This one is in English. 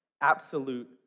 absolute